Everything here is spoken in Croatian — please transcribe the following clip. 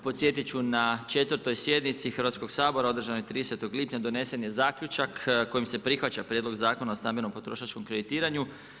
Podsjetit ću na četvrtoj sjednici Hrvatskog sabora održanoj 30. lipnja donesen je zaključak kojim se prihvaća Prijedlog zakona o stambenom, potrošačkom kreditiranju.